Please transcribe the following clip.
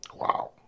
wow